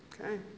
Okay